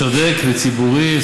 צודק וציבורי.